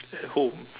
at home